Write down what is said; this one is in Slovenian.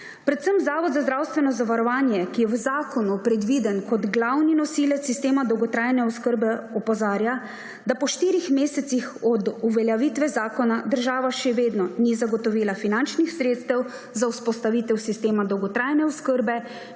Predvsem Zavod za zdravstveno zavarovanje, ki je v zakonu predviden kot glavni nosilec sistema dolgotrajne oskrbe, opozarja, da po štirih mesecih od uveljavitve zakona država še vedno ni zagotovila finančnih sredstev za vzpostavitev sistema dolgotrajne oskrbe,